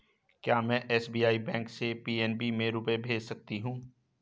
क्या में SBI bank से पी.एन.बी में रुपये भेज सकती हूँ?